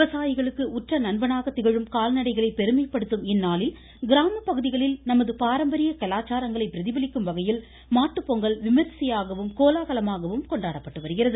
விவசாயிகளுக்கு உற்ற நண்பனாக திகழும் கால்நடைகளை பெருமைப்படுத்தும் இந்நாளில் கிராமப் பகுதிகளில் நமது பாரம்பரிய கலாச்சாரங்களை பிரதிபலிக்கும் வகையில் மாட்டுப்பொங்கல் விமர்சையாகவும் கோலாகலமாகவும் கொண்டாடப்பட்டு வருகிறது